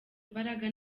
imbaraga